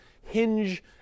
hinge